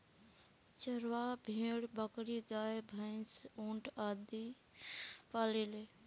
चरवाह भेड़, बकरी, गाय, भैन्स, ऊंट आदि पालेले